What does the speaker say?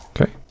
Okay